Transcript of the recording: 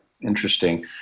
Interesting